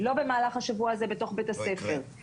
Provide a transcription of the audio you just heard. לא במהלך השבוע הזה בתוך בית הספר לא יקרה.